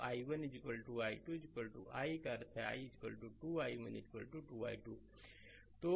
तो i1 i2 i का अर्थ है i 2 i1 2 i2